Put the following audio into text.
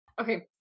Okay